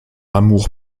amour